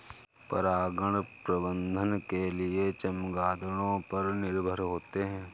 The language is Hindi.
परागण प्रबंधन के लिए चमगादड़ों पर निर्भर होते है